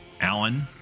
Allen